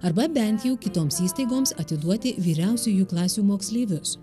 arba bent jau kitoms įstaigoms atiduoti vyriausiųjų klasių moksleivius